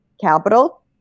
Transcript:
capital